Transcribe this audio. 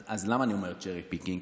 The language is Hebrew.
אז למה אני אומר cherry picking?